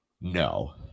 no